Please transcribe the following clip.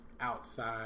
outside